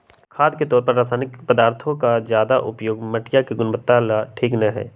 खाद के तौर पर रासायनिक पदार्थों के ज्यादा उपयोग मटिया के गुणवत्ता ला ठीक ना हई